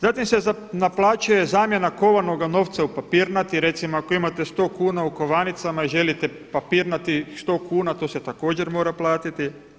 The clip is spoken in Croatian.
Zatim se naplaćuje zamjena kovanoga novca u papirnati, recimo ako imate 100 kuna u kovanicama i želite papirnatih 100 kuna, to se također mora platiti.